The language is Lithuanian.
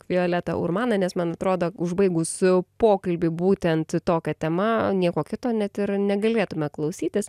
violeta urmana nes man atrodo užbaigus pokalbį būtent tokia tema nieko kito net ir negalėtume klausytis